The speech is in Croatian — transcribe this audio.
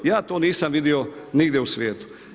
Ja to nisam vidio nigdje u svijetu.